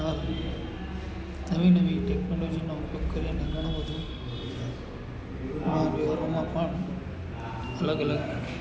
આમ નવી નવી ટેક્નોલોજીનો ઉપયોગ કરીને ઘણું બધું વાહનવ્યવહારમાં પણ અલગ અલગ